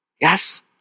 Yes